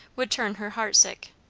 would turn her heart-sick.